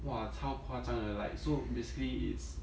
!wah! 超夸张的 like so basically is